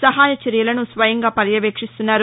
సహాయచర్యలను స్వయంగా పర్యవేక్షిస్తున్నారు